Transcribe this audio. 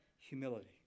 humility